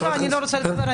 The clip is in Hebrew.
לא, לא, אני לא רוצה לדבר.